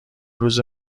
روزه